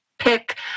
pick